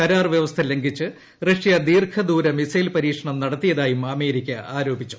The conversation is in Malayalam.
കരാർ വ്യവസ്ഥ ലംഘിച്ച് റഷ്യ ദീർഘദൂര മിസ്കൈൽ പ്രീക്ഷണം നടത്തിയതായും അമേരിക്ക ആരോപിച്ചു